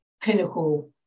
clinical